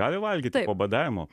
gali valgyti po badavimo